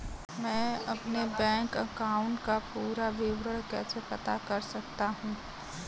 मैं अपने bank account का पूरा विवरण कैसे पता कर सकता हूँ?